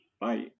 bye